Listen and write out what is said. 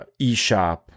eShop